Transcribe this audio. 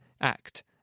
Act